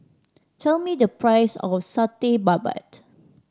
tell me the price of Satay Babat